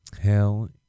Hell